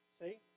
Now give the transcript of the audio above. see